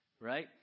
right